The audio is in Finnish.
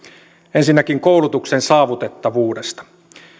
ensinnäkin koulutuksen saavutettavuudesta